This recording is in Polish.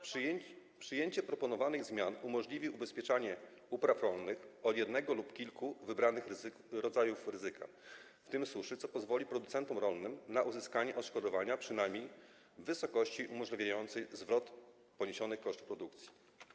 Przyjęcie proponowanych zmian umożliwi ubezpieczanie upraw rolnych od jednego lub kilku wybranych rodzajów ryzyka, w tym ryzyka suszy, co pozwoli producentom rolnym na uzyskanie odszkodowania przynajmniej w wysokości umożliwiającej zwrot poniesionych kosztów produkcji.